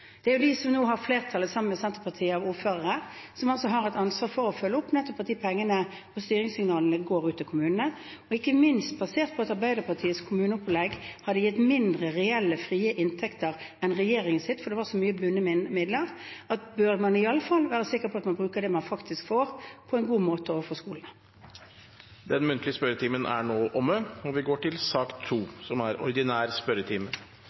og styringssignalene går ut til kommunene – ikke minst basert på at Arbeiderpartiets kommuneopplegg hadde gitt mindre reelle frie inntekter enn regjeringens, fordi det var så mange bundne midler. Da bør man iallfall være sikker på at man bruker det man faktisk får, på en god måte, overfor skolene. Den muntlige spørretimen er nå omme. Det blir noen endringer i den oppsatte spørsmålslisten. Presidenten viser i den sammenheng til den elektroniske spørsmålslisten i salappen. Endringene var som følger: Spørsmål 7, fra representanten Sylvi Listhaug til justis- og beredskapsministeren, er overført til